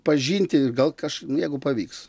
pažinti gal kaž jeigu pavyks